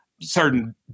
certain